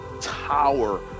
tower